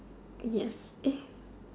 yes